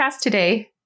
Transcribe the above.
today